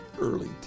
early